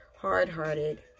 hard-hearted